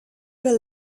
will